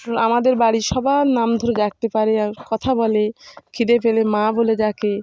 আমাদের বাড়ির সবার নাম ধরে ডাকতে পারে আর কথা বলে খিদে ফেলে মা বলে ডাকে